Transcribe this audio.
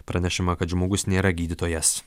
pranešama kad žmogus nėra gydytojas